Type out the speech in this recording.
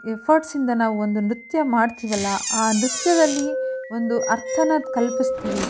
efforts ಇಂದ ನಾವು ಒಂದು ನೃತ್ಯ ಮಾಡ್ತೀವಿ ಅಲ್ಲ ಆ ನೃತ್ಯದಲ್ಲಿ ಒಂದು ಅರ್ಥನ ಕಲ್ಪಿಸ್ತೀವಿ